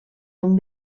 d’un